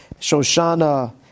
Shoshana